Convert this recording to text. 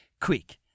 Quick